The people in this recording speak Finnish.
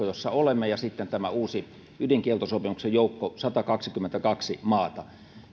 jossa olemme ja sitten tämä uusi ydinkieltosopimuksen joukko satakaksikymmentäkaksi maata